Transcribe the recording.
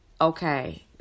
okay